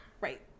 right